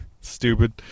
Stupid